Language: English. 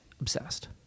obsessed